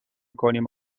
کنیم